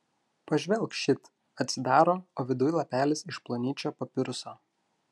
pažvelk šit atsidaro o viduj lapelis iš plonyčio papiruso